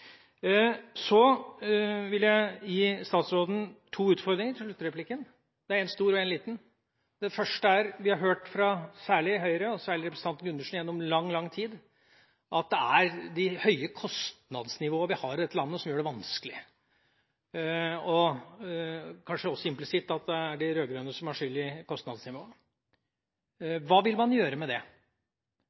Så vil jeg gi statsråden to utfordringer i hennes sluttinnlegg – en stor og en liten. Den første er: Vi har gjennom lang, lang tid hørt fra Høyre – og særlig fra representanten Gundersen – at det er det høye kostnadsnivået i dette landet som gjør det vanskelig, og kanskje også, implisitt, at det er de rød-grønne som er skyld i kostnadsnivået. Hva vil man gjøre med det?